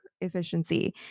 efficiency